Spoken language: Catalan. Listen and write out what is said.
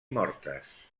mortes